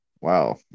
Wow